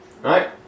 Right